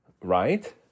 right